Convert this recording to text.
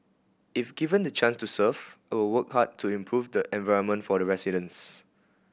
if given the chance to serve I will work hard to improve the environment for the residents